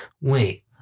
Wait